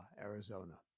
Arizona